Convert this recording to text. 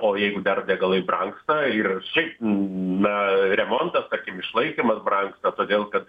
o jeigu dar degalai brangsta ir šiaip na remontas tarkim išlaikymas brangsta todėl kad